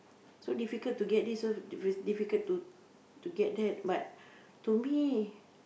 so difficult to get this so difficult to to get that but to me